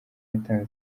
yatanze